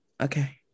okay